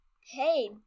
Hey